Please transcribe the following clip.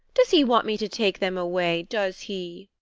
does he want me to take them away, does he?